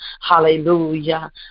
hallelujah